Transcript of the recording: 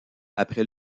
après